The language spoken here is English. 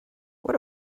what